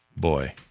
Boy